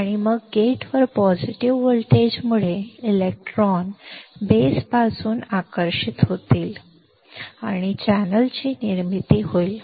आणि मग गेटवर पॉझिटिव्ह व्होल्टेजमुळे इलेक्ट्रॉन बेसपासून आकर्षित होतील आणि चॅनेलची निर्मिती होईल